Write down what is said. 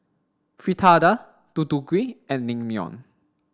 fritada Deodeok Gui and Naengmyeon